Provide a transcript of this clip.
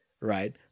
right